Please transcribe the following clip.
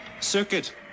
Circuit